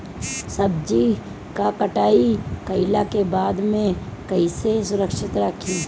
सब्जी क कटाई कईला के बाद में कईसे सुरक्षित रखीं?